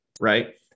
right